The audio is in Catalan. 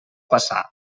passar